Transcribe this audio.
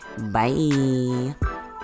Bye